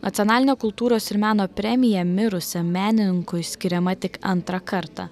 nacionalinio kultūros ir meno premija mirusiam menininkui skiriama tik antrą kartą